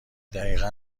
دقیقا